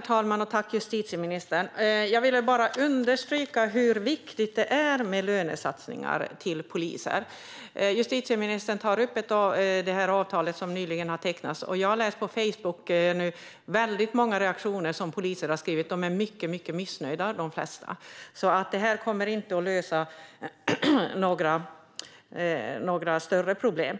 talman! Tack, justitieministern! Jag vill bara understryka hur viktigt det är med lönesatsningar till poliser. Justitieministern tar upp det avtal som nyligen har tecknats. Jag har läst många reaktioner på Facebook som poliser har skrivit, och de flesta är mycket missnöjda. Det här kommer inte att lösa några större problem.